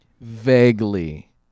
Vaguely